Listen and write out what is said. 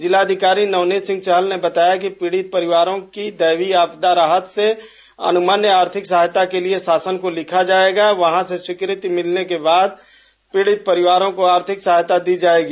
जिलाधिकारी नवनीत सिंह चहल ने बताया कि पीड़ित परिवारों की दैवीय आपदा राहत से अनुमन्य आर्थिक सहायता के लिए शासन को पत्र लिखा जाएगा वहां से स्वीकृति मिलने के बाद पीड़ित परिवारों को आर्थिक सहायता दी जायेगी